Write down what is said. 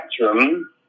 spectrum